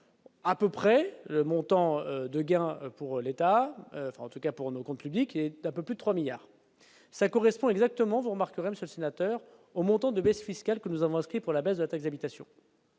à peu près le montant de gain pour l'État, en tout cas pour nos comptes publics est un peu plus de 3 milliards ça correspond exactement, vous remarquerez Monsieur le sénateur au montant de baisses fiscales que nous avons inscrit pour la baisse de la taxe d'habitation.